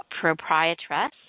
proprietress